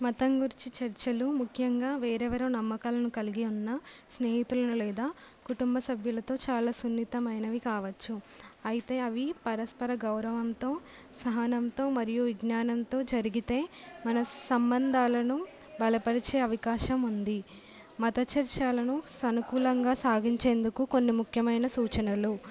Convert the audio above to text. మతం గురించి చర్చలు ముఖ్యంగా వేరు వేరు నమ్మకాలను కలిగి ఉన్న స్నేహితులను లేదా కుటుంబ సభ్యులతో చాలా సున్నితమైనవి కావచ్చు అయితే అవి పరస్పర గౌరవంతో సహనంతో మరియు విజ్ఞానంతో జరిగితే మన సంబంధాలను బలపరిచే అవకాశం ఉంది మత చర్చలను అనుకూలంగా సాగించేందుకు కొన్ని ముఖ్యమైన సూచనలు